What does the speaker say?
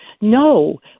No